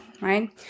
right